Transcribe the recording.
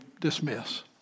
dismiss